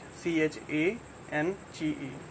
change